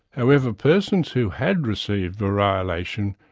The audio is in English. however persons who had received variolation,